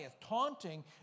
taunting